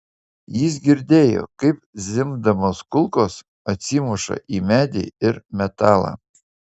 jis girdėjo kaip zvimbdamos kulkos atsimuša į medį ir metalą